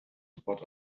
about